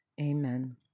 amen